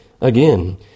again